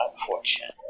unfortunately